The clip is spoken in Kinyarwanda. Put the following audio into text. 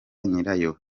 nyirayo